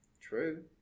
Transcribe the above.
True